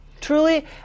Truly